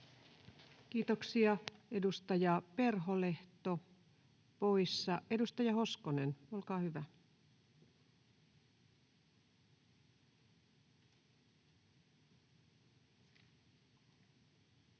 Kiitoksia. — Edustaja Perholehto poissa. — Edustaja Hoskonen, olkaa hyvä. [Speech